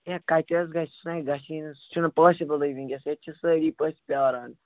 ہے کَتہِ حظ گژھِ سُہ نَے گژھی نہٕ سُہ چھُنہٕ پاسِبٕلٕے وٕنۍکٮ۪س ییٚتہِ چھِ سٲری پٔژھۍ پیٛاران